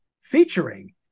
featuring